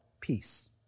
Peace